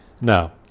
Now